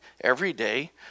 everyday